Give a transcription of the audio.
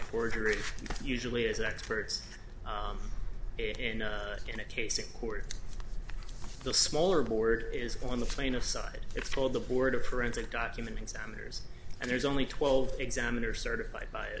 forgery usually as experts in a case in court the smaller border is on the plain of side it's called the board of forensic documenting sanders and there's only twelve examiner certified by